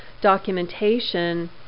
documentation